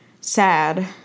sad